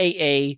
aa